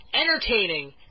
entertaining